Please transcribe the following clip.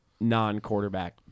non-quarterback